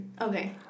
Okay